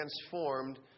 transformed